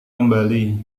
kembali